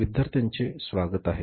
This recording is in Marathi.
विद्यार्थ्याचे स्वागत आहे